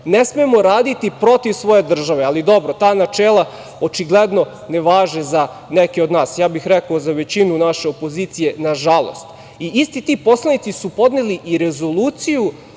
ne smemo raditi protiv svoje države, ali dobro, ta načela očigledno ne važe za neke od nas. Ja bih rekao za većinu naše opozicije, nažalost. Isti ti poslanici su podneli i Rezoluciju